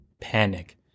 panic